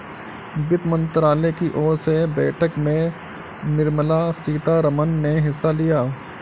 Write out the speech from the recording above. वित्त मंत्रालय की ओर से बैठक में निर्मला सीतारमन ने हिस्सा लिया